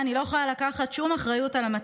היא עברה גלגולים ותהפוכות, שרדה